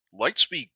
Lightspeed